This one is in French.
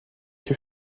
que